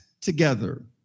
together